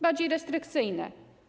Bardziej restrykcyjne?